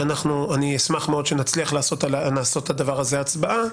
ואני אשמח שנצליח לעשות על הדבר הזה הצבעה,